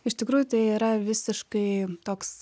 iš tikrųjų tai yra visiškai toks